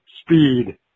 speed